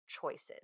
choices